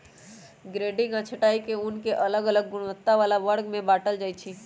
grading आऽ छँटाई में ऊन के अलग अलग गुणवत्ता बला वर्ग में बाटल जाइ छइ